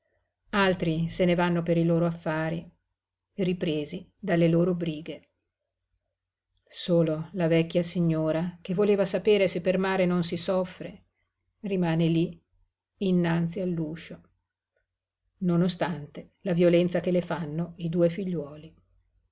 altri se ne vanno per i loro affari ripresi dalle loro brighe solo la vecchia signora che voleva sapere se per mare non si soffre rimane lí innanzi all'uscio non ostante la violenza che le fanno i due figliuoli